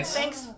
thanks